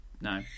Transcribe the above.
no